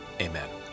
Amen